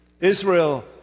Israel